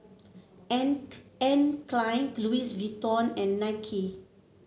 Anne Anne Klein Louis Vuitton and Nike